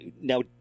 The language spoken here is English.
Now